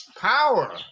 power